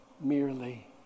merely